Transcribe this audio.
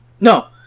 no